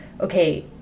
okay